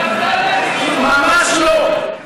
ממש לא.